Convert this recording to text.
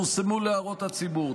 פורסמו להערות הציבור,